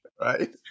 Right